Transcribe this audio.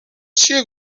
چیه